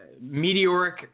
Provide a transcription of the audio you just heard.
meteoric